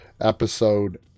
episode